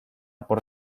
por